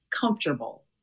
comfortable